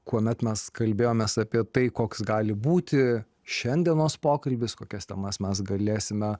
kuomet mes kalbėjomės apie tai koks gali būti šiandienos pokalbis kokias temas mes galėsime